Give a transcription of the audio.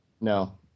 No